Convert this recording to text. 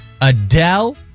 Adele